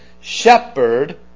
shepherd